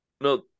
no